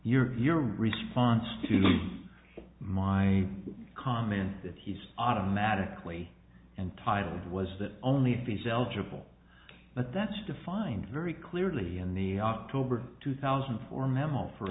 your your response to my comment that he's automatically entitled was that only if he's eligible but that's defined very clearly in the october two thousand and four memo for